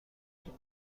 متحده